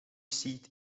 seat